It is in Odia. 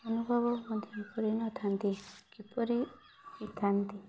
ଅନୁଭବ ମଧ୍ୟ କରିନଥାନ୍ତି କିପରି ହୋଇଥାନ୍ତି